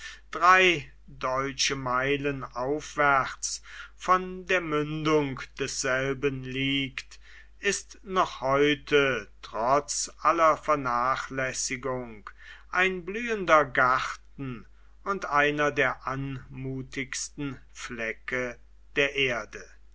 drei deutsche meilen aufwärts von der mündung desselben liegt ist noch heute trotz aller vernachlässigung ein blühender garten und einer der anmutigsten flecke der erde